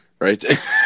right